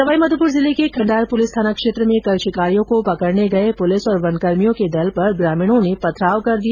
सवाईमाधोपुर जिले के खंडार पुलिस थाना क्षेत्र में कल शिकारियों को पकड़ने गये पुलिस और वनकर्मियों के दल पर ग्रामीणों ने पथराव कर दिया